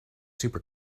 super